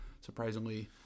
surprisingly